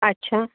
अच्छा